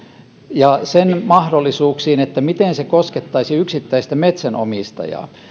ja mahdollisuuksiin miten se koskettaisi yksittäistä metsänomistajaa